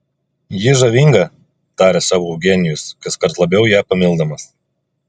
ji žavinga tarė sau eugenijus kaskart labiau ją pamildamas